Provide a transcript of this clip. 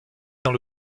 dans